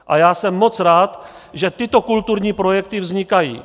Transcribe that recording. A já jsem moc rád, že tyto kulturní projekty vznikají.